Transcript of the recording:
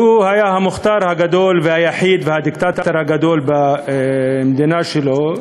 שהיה המוכתר הגדול והיחיד והדיקטטור הגדול במדינה שלו,